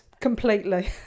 completely